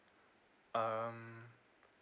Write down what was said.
um